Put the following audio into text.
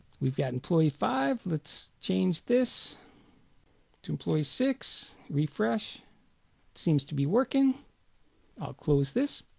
we got employee five let's change this to employee six refresh seems to be working i'll close this